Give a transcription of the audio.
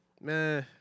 meh